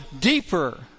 deeper